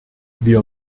wir